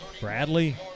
Bradley